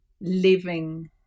living